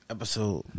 Episode